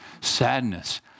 sadness